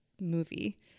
movie